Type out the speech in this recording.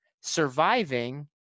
surviving